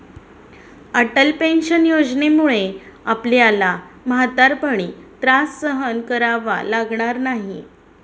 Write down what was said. Atal pension योजनेमुळे आपल्याला म्हातारपणी त्रास सहन करावा लागणार नाही